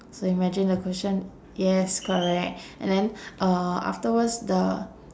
so imagine the cushion yes correct and then uh afterwards the